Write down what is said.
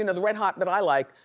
and the redhot that i like.